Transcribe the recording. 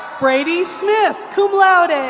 brady smith, cum laude. and